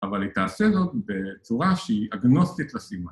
‫אבל היא תעשה זאת בצורה ‫שהיא אגנוסטית לסימן.